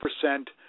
percent